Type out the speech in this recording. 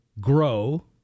grow